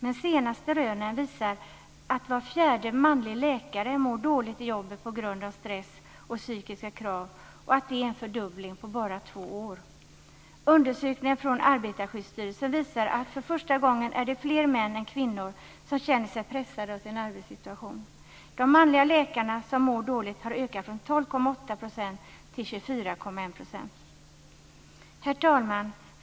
Men de senaste rönen visar att var fjärde manlig läkare mår dåligt i jobbet på grund av stress och psykiska krav och att det blivit en fördubbling på bara två år. Undersökningen från Arbetarskyddsstyrelsen visar att det för första gången är fler män än kvinnor som känner sig pressade av sin arbetssituation. När det gäller antalet manliga läkare som mår dåligt har det skett en ökning från 12,8 % till 24,1 %. Herr talman!